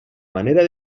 manera